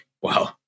Wow